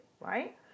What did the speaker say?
right